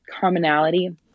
commonality